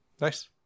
nice